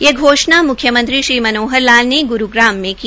यह घोषणा म्ख्यमंत्री श्री मनोहर लाल ने ग्रूग्रम में की